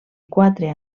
quatre